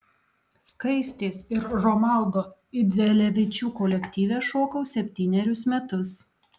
skaistės ir romaldo idzelevičių kolektyve šokau septynerius metus